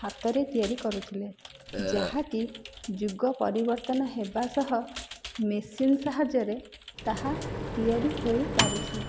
ହାତରେ ତିଆରି କରୁଥିଲେ ଯାହାକି ଯୁଗ ପରିବର୍ତ୍ତନ ହେବା ସହ ମେସିନ ସାହାଯ୍ୟରେ ତାହା ତିଆରି ହୋଇ ପାରୁଛି